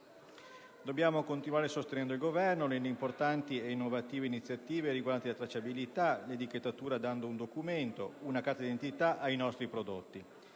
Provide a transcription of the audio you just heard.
Dobbiamo continuare a sostenere il Governo nelle importanti e innovative iniziative riguardanti la tracciabilità e l'etichettatura, dando un documento, una sorta di carta di identità, ai nostri prodotti,